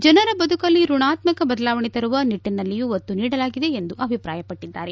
ಜನರ ಬದುಕಲ್ಲಿ ಋಣಾತ್ತಕ ಬದಲಾವಣೆ ತರುವ ನಿಟ್ಟಿನಲ್ಲಿಯೂ ಒತ್ತು ನೀಡಲಾಗಿದೆ ಎಂದು ಅಭಿಪ್ರಾಯಪಟ್ಟಿದ್ದಾರೆ